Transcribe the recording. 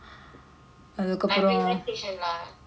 got presentation lah